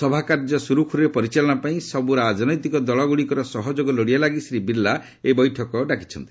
ସଭାକାର୍ଯ୍ୟ ସୁରୁଖୁରୁରେ ପରିଚାଳନା ପାଇଁ ସବୁ ରାଜନୈତିକ ଦଳଗୁଡ଼ିକର ସହଯୋଗ ଲୋଡ଼ିବା ଲାଗି ଶ୍ରୀ ବିର୍ଲା ଏହି ବୈଠକ ଡକାଇଛନ୍ତି